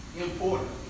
important